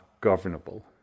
governable